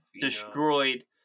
destroyed